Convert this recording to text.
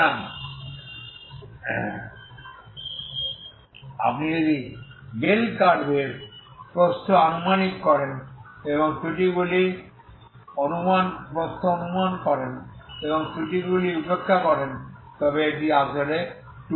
সুতরাং আপনি যদি বেল কার্ভ এর প্রস্থ আনুমানিক করেন এবং ত্রুটিগুলি উপেক্ষা করেন তবে এটি আসলে 2σ